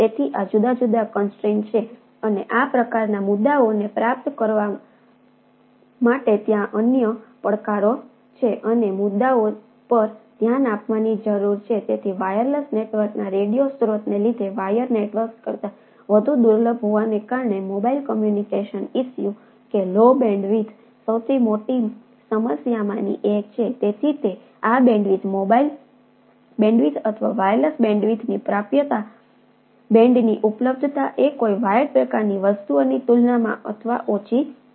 તેથી આ જુદા જુદા કોંસ્ટ્રાઇન પ્રકારની વસ્તુઓની તુલનામાં અથવા ઓછી છે